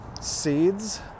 seeds